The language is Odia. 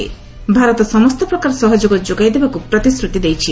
ଭାରତ ସମସ୍ତ ପ୍ରକାର ସହଯୋଗ ଯୋଗାଇ ଦେବାକୁ ପ୍ରତିଶ୍ରୁତି ଦେଇଛି